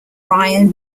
ryan